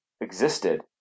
existed